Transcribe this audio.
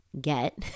get